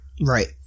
Right